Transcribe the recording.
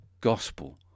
gospel